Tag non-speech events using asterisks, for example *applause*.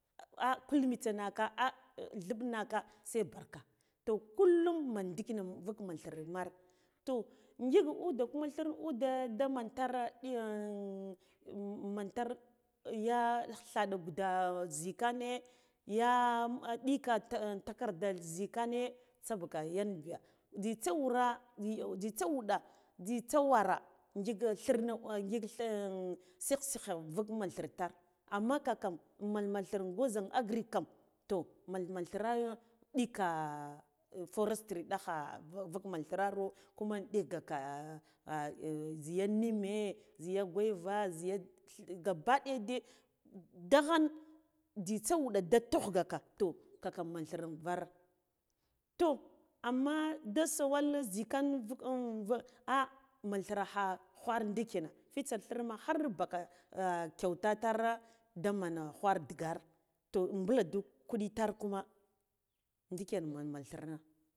Ah vul mitse naka ah dhibb naka se barka toh kullum man adikina invuk man thire mar toh ngik ude kuma thir ude da man tare *hesitation* man tar ya thada guda zhhikanne *hesitation* yan dik *hesitation* takarda zhikanna tsabaka yan biya jzitsa wura *hesitation* jzitsa wuda jzhitsa wuda ngik thirna ngik thir *hesitation* sigh sigh vugh man thir amma ka kan man man thir gwoza agric kam man man thirhe nɗika forestry dakha *hesitation* vuk man thirharo kuma nɗigaka *hesitation* zhiya nimme zhiya guava zhiya thi gabba ɗaya de, daghan jzitsa wuda da tughgaka de, daghan jzitsa wuda da tughgaka toh kakam men thire var to amma da sawal zhikan duk *hesitation* ah man thire kha ghwara ndikina fitsa thirma har baka kyauta tare da man ghwara dagar toh mbuladhe kuɗi tar kuma ndikan man men thirena